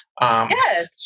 Yes